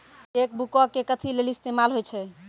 Cheque बुको के कथि लेली इस्तेमाल होय छै?